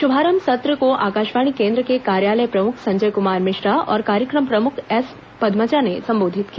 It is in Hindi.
शुभारंभ सत्र को आकाशवाणी केंद्र के कार्यालय प्रमुख संजय कुमार मिश्रा और कार्यक्रम प्रमुख एस पद्मजा ने संबोधित किया